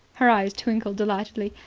her eyes twinkled delightedly.